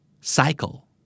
Cycle